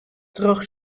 troch